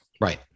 Right